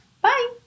Bye